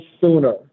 sooner